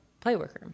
playworker